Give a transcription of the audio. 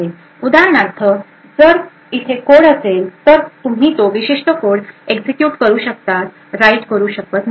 उदाहरणार्थ जर इथे कोड असेल तर तुम्ही तो विशिष्ट कोड एक्झिक्युट करू शकता राइट करू शकत नाही